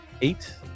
eight